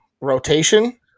rotation